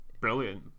brilliant